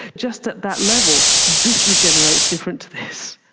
just at that level this regenerates different to this.